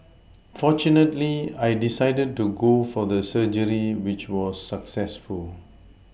fortunately I decided to go for the surgery which was successful